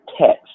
text